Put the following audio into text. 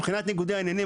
מבחינת ניגודי העניינים,